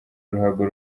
uruhago